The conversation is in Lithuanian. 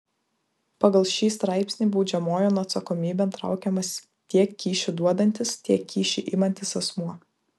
pagal šį straipsnį baudžiamojon atsakomybėn traukiamas tiek kyšį duodantis tiek kyšį imantis asmuo